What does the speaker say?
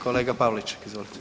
Kolega Pavliček, izvolite.